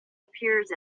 appears